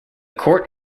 court